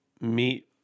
meet